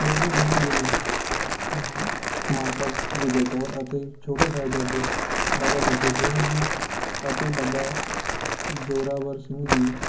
ਗੋਬਿੰਦ ਸਿੰਘ ਜੀ ਨੇ ਮਾਤਾ ਗੁਜਰ ਕੌਰ ਅਤੇ ਛੋਟੇ ਸਾਹਿਬਜ਼ਾਦੇ ਬਾਬਾ ਫਤਿਹ ਸਿੰਘ ਜੀ ਅਤੇ ਬਾਬਾ ਜੋਰਾਵਰ ਸਿੰਘ ਜੀ